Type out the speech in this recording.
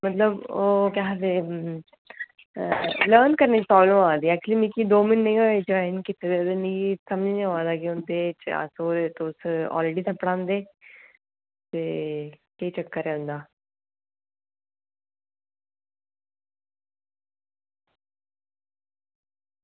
मतलब ओह् केह् आक्खदे की में दौ म्हीनें गै होये ज्वाईन कीते दे मिगी समझ निं आवा दा ते ऑलरेडी इत्थें पढ़ांदे ते केह् चक्कर ऐ इंदा